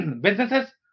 businesses